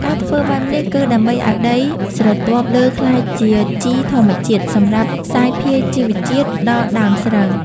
ការធ្វើបែបនេះ គឺដើម្បីឲ្យដីស្រទាប់លើក្លាយជាជីធម្មជាតិសម្រាប់សាយភាយជីវជាតិដល់ដើមស្រូវ។